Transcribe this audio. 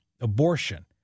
abortion